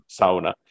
sauna